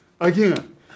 again